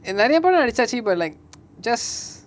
eh நெரய படோ நடிச்சாச்சு இப்ப:neraya pado nadichachu ippa like just